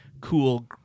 cool